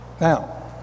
Now